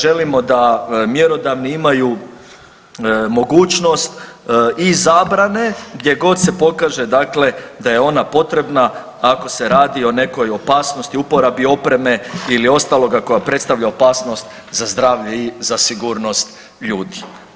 Želimo da mjerodavni imaju mogućnost i zabrane gdje god se pokaže dakle da je ona potrebna ako se radi o nekoj opasnosti, uporabi opreme ili ostaloga koja predstavlja opasnost za zdravlje i za sigurnost ljudi.